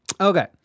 Okay